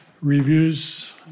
reviews